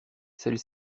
celle